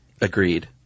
Agreed